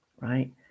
right